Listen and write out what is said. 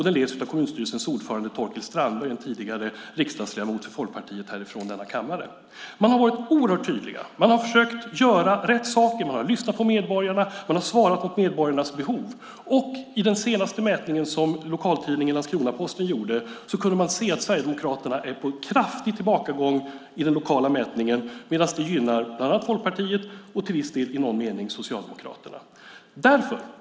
Den leds av kommunstyrelsens ordförande Torkel Strandberg, tidigare riksdagsledamot för Folkpartiet i denna kammare. Man har varit oerhört tydlig. Man har försökt göra rätt saker. Man har lyssnat på medborgarna, man har svarat mot medborgarnas behov. Och i den senaste lokala mätningen som lokaltidningen Landskrona Posten gjorde kunde man se att Sverigedemokraterna är på kraftig tillbakagång, medan det gynnar bland annat Folkpartiet och till viss del i någon mening Socialdemokraterna.